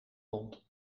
wonde